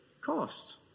cost